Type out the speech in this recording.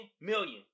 million